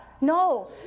No